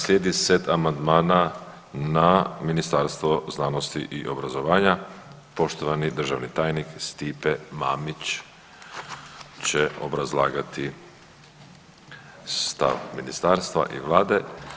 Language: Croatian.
Slijedi set amandmana na Ministarstvo znanosti i obrazovanja, poštovani državni tajnik Stipe Mamić će obrazlagati stav ministarstva i vlade.